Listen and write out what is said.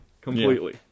Completely